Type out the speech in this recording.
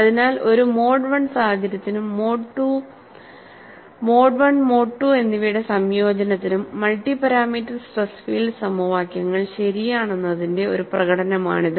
അതിനാൽ ഒരു mode I സാഹചര്യത്തിനും മോഡ് I മോഡ് II എന്നിവയുടെ സംയോജനത്തിനും മൾട്ടി പാരാമീറ്റർ സ്ട്രെസ് ഫീൽഡ് സമവാക്യങ്ങൾ ശരിയാണെന്നതിന്റെ ഒരു പ്രകടനമാണിത്